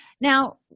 Now